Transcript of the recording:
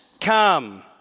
come